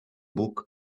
book